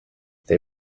they